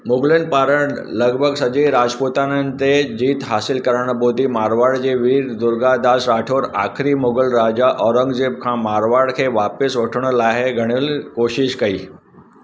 मुग़लनि पारां लॻभॻि सॼे राॼपुताननि ते जीत हासिल करणु बैदि मारवाड़ जे वीर दुर्गादास राठौर आख़िरी मुग़ल राजा औरंगज़ेब खां मारवाड़ खे वापसि वठण लाइ घड़ियलु कोशिशि कई